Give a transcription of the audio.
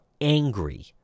angry